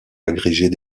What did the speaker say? agrégée